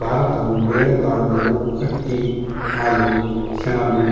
ಭಾರತವು ಬೇಳೆಕಾಳುಗಳು, ಅಕ್ಕಿ, ಹಾಲು, ಸೆಣಬು